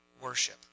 worship